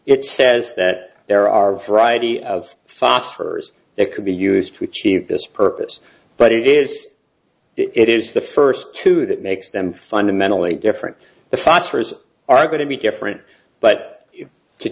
it says that there are variety of fosters that could be used to achieve this purpose but it is it is the first two that makes them fundamentally different the fosters are going to be different but